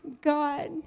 God